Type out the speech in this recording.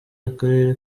akarere